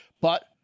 But-